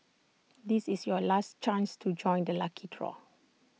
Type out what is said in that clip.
this is your last chance to join the lucky draw